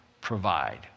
provide